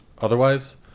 Otherwise